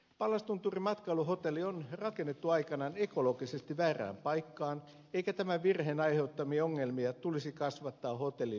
pallastunturin matkailuhotelli on rakennettu aikanaan ekologisesti väärään paikkaan eikä tämän virheen aiheuttamia ongelmia tulisi kasvattaa hotellin lisäkapasiteetilla